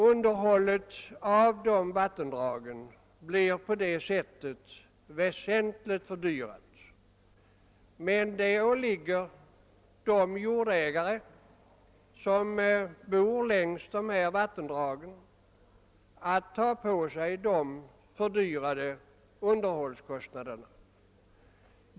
Underhållet av dessa vattendrag blir härigenom väsentligt fördyrat, men det åligger de jordägare som bor längs vattendragen att ta på sig de fördyrade underhållskostnaderna.